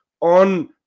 on